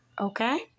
okay